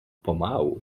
pomału